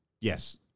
Yes